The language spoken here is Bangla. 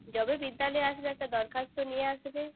যবে বিদ্যালয়ে আসবে একটা দরখাস্ত নিয়ে আসবে